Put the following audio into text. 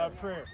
Prayer